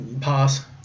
Pass